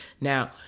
Now